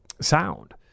sound